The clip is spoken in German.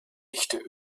dichte